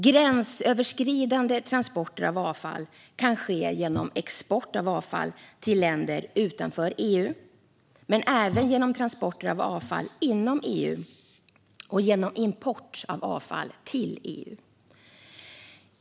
Gränsöverskridande transporter av avfall kan ske genom export av avfall till länder utanför EU men även genom transporter av avfall inom EU och genom import av avfall till EU.